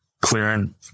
clearing